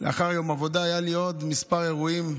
כמה אירועים,